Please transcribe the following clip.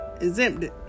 exempted